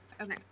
Okay